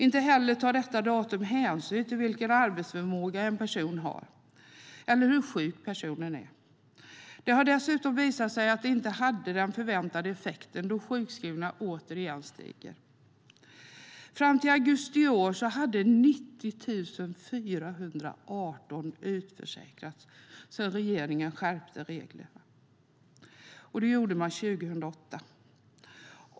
Inte heller tar detta datum hänsyn till vilken arbetsförmåga en person har eller hur sjuk personen är. Det har dessutom visat sig att det inte hade den förväntade effekten, då antalet sjukskrivningar återigen stiger. Fram till augusti i år hade 90 418 utförsäkrats sedan regeringen skärpte reglerna 2008.